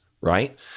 right